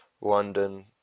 london